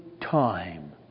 time